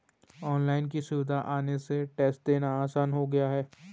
online की सुविधा आने से टेस्ट देना आसान हो गया है